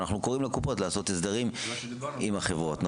ואנחנו קוראים לקופות לעשות הסדרים עם החברות.